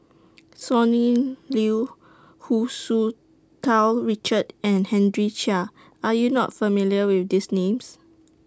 Sonny Liew Hu Tsu Tau Richard and Henry Chia Are YOU not familiar with These Names